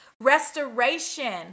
Restoration